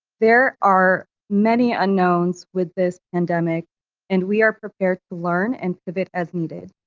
there are many unknowns with this pandemic and we are prepared to learn and pivot as needed.